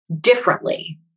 differently